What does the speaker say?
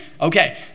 okay